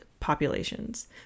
populations